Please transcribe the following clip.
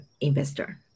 investor